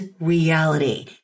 reality